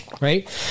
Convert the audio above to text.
right